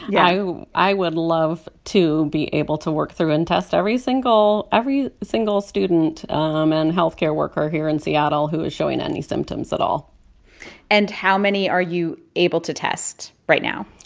yeah. i would love to be able to work through and test every single every single student um and health care worker here in seattle who is showing any symptoms at all and how many are you able to test right now?